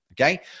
Okay